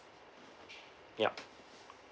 yup